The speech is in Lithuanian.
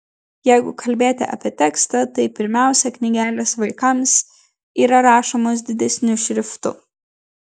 jeigu kalbėti apie tekstą tai pirmiausia knygelės vaikams yra rašomos didesniu šriftu